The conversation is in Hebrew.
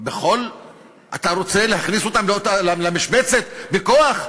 אתה רוצה להכניס אותם למשבצת בכוח?